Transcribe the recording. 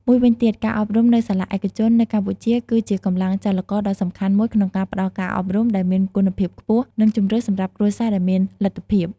មួយវិញទៀត ការអប់រំនៅសាលាឯកជននៅកម្ពុជាគឺជាកម្លាំងចលករដ៏សំខាន់មួយក្នុងការផ្តល់ការអប់រំដែលមានគុណភាពខ្ពស់ និងជម្រើសសម្រាប់គ្រួសារដែលមានលទ្ធភាព។